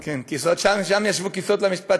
שם ישבו כיסאות למשפט,